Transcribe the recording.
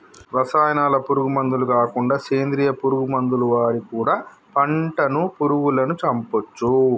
రసాయనాల పురుగు మందులు కాకుండా సేంద్రియ పురుగు మందులు వాడి కూడా పంటను పురుగులను చంపొచ్చు